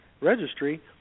Registry